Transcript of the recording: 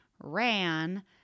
ran